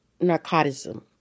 narcotism